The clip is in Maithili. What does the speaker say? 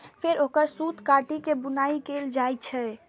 फेर ओकर सूत काटि के बुनाइ कैल जाइ छै